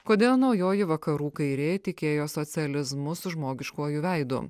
kodėl naujoji vakarų kairieji tikėjo socializmu su žmogiškuoju veidu